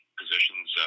positions